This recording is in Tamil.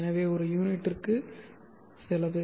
எனவே ஒரு யூனிட்டுக்கு செலவு